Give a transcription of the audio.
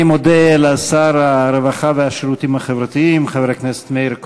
אני מודה לשר הרווחה והשירותים החברתיים חבר הכנסת מאיר כהן.